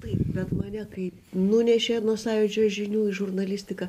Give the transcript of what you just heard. taip bet mane kaip nunešė nuo sąjūdžio žinių į žurnalistiką